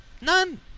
None